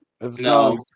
No